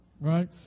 right